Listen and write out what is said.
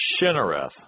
Shinareth